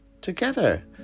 Together